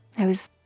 i was,